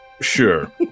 Sure